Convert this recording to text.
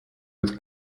with